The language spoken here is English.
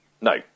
No